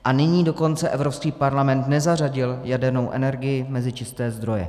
A nyní dokonce Evropský parlament nezařadil jadernou energii mezi čisté zdroje.